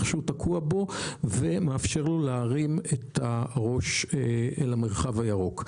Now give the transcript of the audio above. שהוא תקוע בו ומאפשר לו להרים את הראש אל המרחב הירוק.